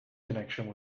connection